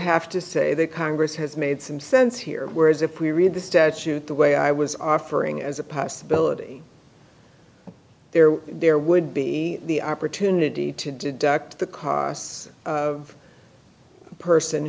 have to say the congress has made some sense here whereas if we read the statute the way i was offering as a possibility there there would be the opportunity to deduct the costs of a person